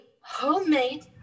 homemade